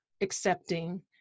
accepting